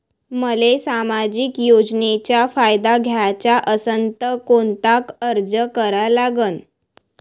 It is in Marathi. मले सामाजिक योजनेचा फायदा घ्याचा असन त कोनता अर्ज करा लागन?